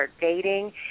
dating